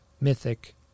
mythic